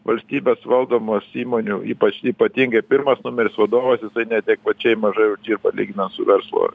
valstybės valdomos įmonių ypač ypatingai pirmas numeris vadovas jisai neadekvačiai mažai uždirba lyginant su verslu